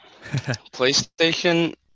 PlayStation